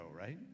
right